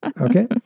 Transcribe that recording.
Okay